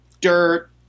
dirt